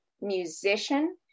musician